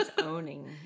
owning